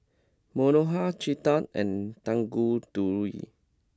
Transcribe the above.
Manohar Chetan and Tanguturi